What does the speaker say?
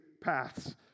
paths